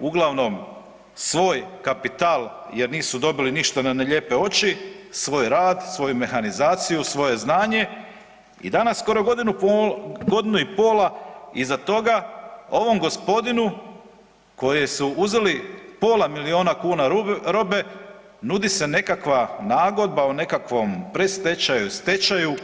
Uglavnom svoj kapital jer nisu dobili ništa na lijepe oči, svoj rad, svoju mehanizaciju, svoje znanje i danas skoro godinu i pola iza toga ovom gospodinu kojem su uzeli pola milijuna kuna robe nudi se nekakva nagodba u nekakvom predstečaju, stečaju